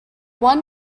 one